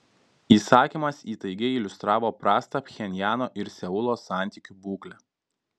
įsakymas įtaigiai iliustravo prastą pchenjano ir seulo santykių būklę